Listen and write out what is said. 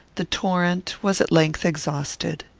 the torrent was at length exhausted.